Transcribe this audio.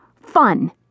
fun